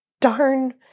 darn –